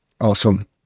Awesome